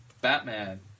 Batman